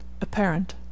Apparent